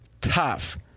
tough –